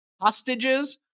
hostages